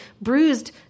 bruised